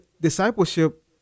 discipleship